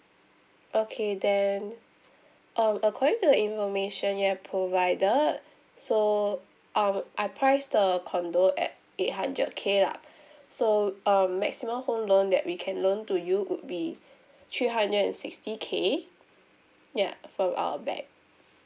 okay then um according to the information you have provided so um I priced the condo at eight hundred K lah so um maximum home loan that we can loan to you would be three hundred and sixty K ya from our bank